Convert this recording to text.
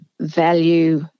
value